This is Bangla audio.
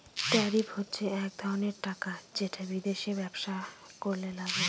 ট্যারিফ হচ্ছে এক ধরনের টাকা যেটা বিদেশে ব্যবসা করলে লাগে